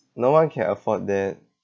no one can afford that